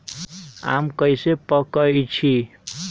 आम कईसे पकईछी?